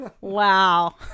Wow